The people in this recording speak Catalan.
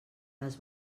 les